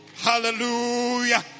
Hallelujah